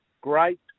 Great